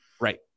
Right